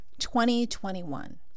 2021